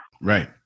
Right